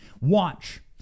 Watch